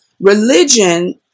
Religion